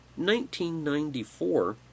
1994